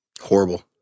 Horrible